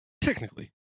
Technically